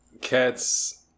Cats